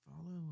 Follow